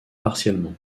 partiellement